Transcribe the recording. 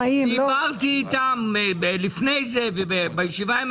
אחמד טיבי השאיר פתק לרביבו: "זה המקום שלי עם הציוד שלי,